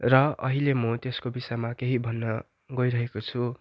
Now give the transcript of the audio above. र अहिले म त्यसको विषयमा केही भन्न गइरहेको छु